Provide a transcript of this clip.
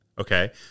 Okay